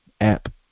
app